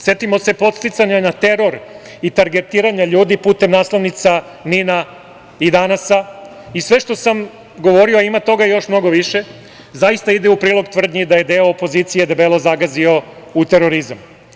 Setimo se podsticanja na teror i targetiranja ljudi putem naslovnica NIN-a i „Danas“ i sve što sam govorio, a ima toga još mnogo više, zaista ide u prilog tvrdnji da je deo opozicije debelo zagazio u terorizam.